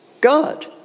God